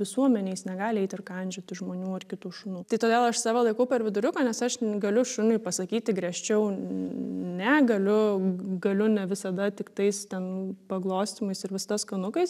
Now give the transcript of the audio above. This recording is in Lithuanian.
visuomenei jis negali eit ir kandžioti žmonių ar kitų šunų tai todėl aš save laikau per viduriuką nes aš galiu šuniui pasakyti griežčiau ne galiu galiu ne visada tiktais ten paglostymais ir visada skanukais